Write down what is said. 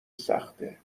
سخته